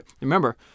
Remember